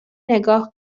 نگاه